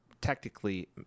technically